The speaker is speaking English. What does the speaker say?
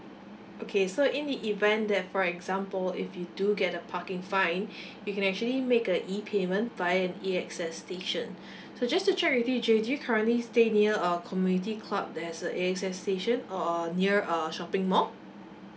okay so in the event that for example if you do get a parking fine you can actually make a E payment via an A_X_S station so just to check with you jay do you currently stay near a community club that has a A_X_S station or near a shopping mall